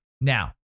Now